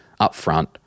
upfront